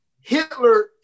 Hitler